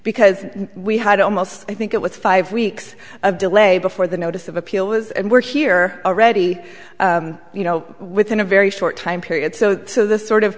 because we had almost i think it was five weeks of delay before the notice of appeal was and we're here already you know within a very short time period so this sort of